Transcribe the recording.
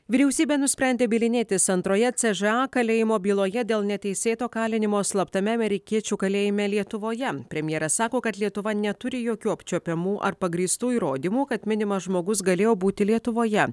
vyriausybė nusprendė bylinėtis antroje ce že a kalėjimo byloje dėl neteisėto kalinimo slaptame amerikiečių kalėjime lietuvoje premjeras sako kad lietuva neturi jokių apčiuopiamų ar pagrįstų įrodymų kad minimas žmogus galėjo būti lietuvoje